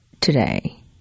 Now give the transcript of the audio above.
today